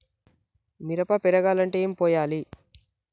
మిరప పెరగాలంటే ఏం పోయాలి?